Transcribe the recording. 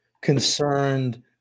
concerned